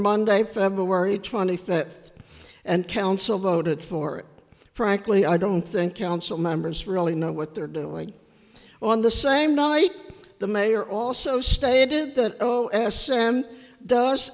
monday february twenty fifth and council voted for it frankly i don't think council members really know what they're doing on the same night the mayor also stated that o s m does